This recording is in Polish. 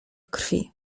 krwi